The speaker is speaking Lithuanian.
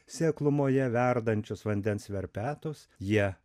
seklumoje verdančius vandens verpetus jie